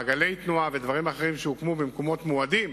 מעגלי תנועה ודברים אחרים, שהוקמו במקומות מועדים,